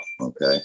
Okay